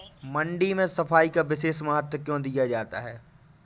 मंडी में साफ सफाई का विशेष महत्व क्यो दिया जाता है?